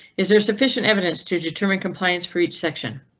is there sufficient evidence to determine compliance for each section?